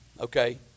Okay